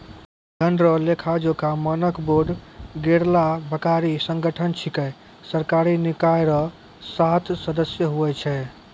धन रो लेखाजोखा मानक बोर्ड गैरलाभकारी संगठन छिकै सरकारी निकाय रो सात सदस्य हुवै छै